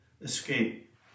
escape